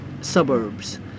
suburbs